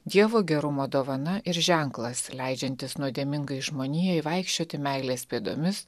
dievo gerumo dovana ir ženklas leidžiantis nuodėmingai žmonijai vaikščioti meilės pėdomis